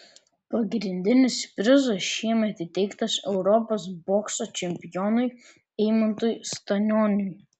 pagrindinis prizas šiemet įteiktas europos bokso čempionui eimantui stanioniui